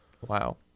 Wow